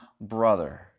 brother